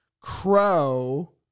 Crow